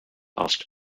asked